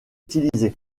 utilisé